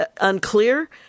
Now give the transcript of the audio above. unclear